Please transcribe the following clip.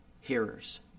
hearers